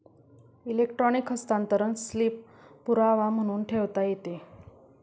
electronic हस्तांतरण slip पुरावा म्हणून ठेवता येते